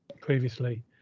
previously